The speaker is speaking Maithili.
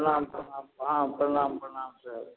प्रणाम प्रणाम प्रणाम प्रणाम प्रणाम सर